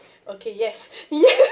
okay yes yes